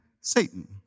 Satan